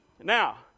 Now